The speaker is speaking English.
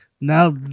now